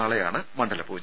നാളെയാണ് മണ്ഡലപൂജ